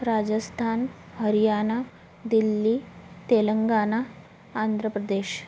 Rajasthan Haryana Delhi Telangana Andhra Pradesh